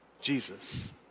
Jesus